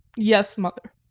yes, mother.